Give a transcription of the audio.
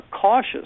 cautious